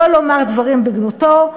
לא לומר דברים בגנותו.